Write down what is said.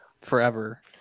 Forever